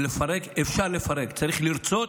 אפשר לפרק, צריך לרצות